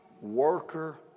worker